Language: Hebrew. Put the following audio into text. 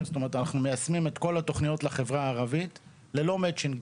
זאת אומרת אנחנו מיישמים את כל תוכניות לחברה הערבית ללא מצ'ינג.